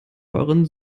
euren